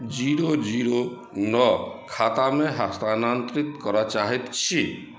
zero zero नओ खातामे हस्तानांतरित करऽ चाहैत छी